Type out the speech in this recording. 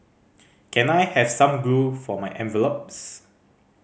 can I have some glue for my envelopes